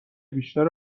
بیشتر